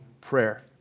prayer